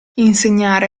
insegnare